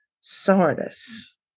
Sardis